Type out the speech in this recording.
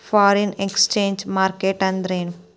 Foreign exchange market ಅಂದ್ರೇನು?